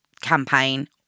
campaign